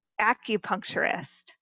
acupuncturist